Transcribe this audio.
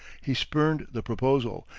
he spurned the proposal,